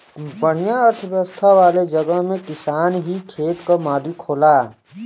बढ़िया अर्थव्यवस्था वाले जगह में किसान ही खेत क मालिक होला